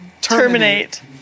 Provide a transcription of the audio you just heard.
Terminate